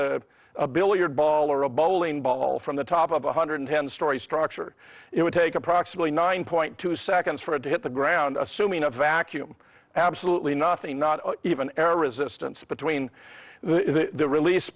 a billiard ball or a bowling ball from the top of one hundred ten story structure it would take approximately nine point two seconds for it to hit the ground assuming a vacuum absolutely nothing not even air resistance between the release